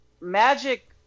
magic